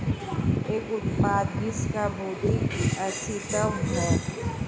एक उत्पाद जिसका भौतिक अस्तित्व है?